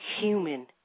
human